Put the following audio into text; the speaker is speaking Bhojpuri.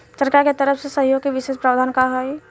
सरकार के तरफ से सहयोग के विशेष प्रावधान का हई?